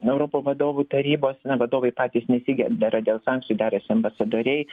europų vadovų tarybos na vadovai patys nesidera dėl sankcijų derasi ambasadoriai